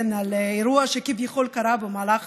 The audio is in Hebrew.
על אירוע שכביכול קרה במהלך